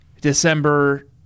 December